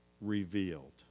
revealed